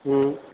হুম